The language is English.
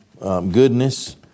goodness